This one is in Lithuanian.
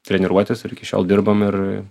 treniruotis ir iki šiol dirbam ir